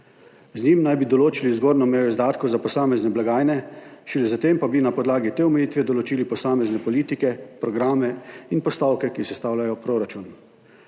Z njim naj bi določili zgornjo mejo izdatkov za posamezne blagajne, šele zatem pa bi na podlagi te omejitve določili posamezne politike, programe in postavke, ki sestavljajo proračun.